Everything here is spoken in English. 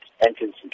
entrance